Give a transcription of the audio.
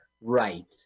right